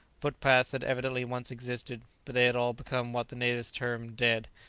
footpaths had evidently once existed, but they had all become what the natives term dead,